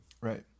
Right